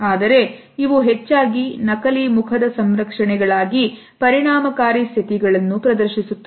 ಆದರೆ ಇವು ಹೆಚ್ಚಾಗಿ ನಕಲಿ ಮುಖದ ಸಂರಕ್ಷಣೆ ಗಳಾಗಿ ಪರಿಣಾಮಕಾರಿ ಸ್ಥಿತಿಗಳನ್ನು ಪ್ರದರ್ಶಿಸುತ್ತದೆ